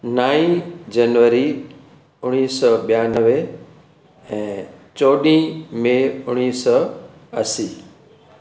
नाई जनवरी उणिवीह सौ ॿियानवे ऐं चोॾहीं मे उणिवीह सौ असी